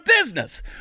business